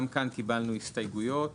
גם פה קיבלנו הסתייגויות